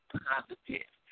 positive